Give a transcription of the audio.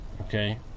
okay